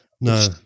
no